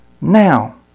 now